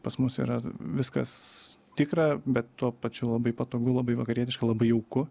pas mus yra viskas tikra bet tuo pačiu labai patogu labai vakarietiška labai jauku